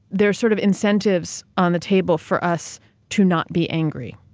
there are sort of incentives on the table for us to not be angry.